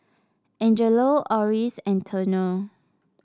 Angelo Oris and Turner